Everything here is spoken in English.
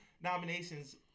nominations